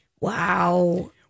wow